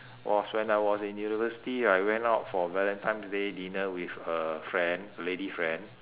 was when I was in university I went out for valentines' day dinner with a friend lady friend